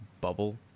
bubble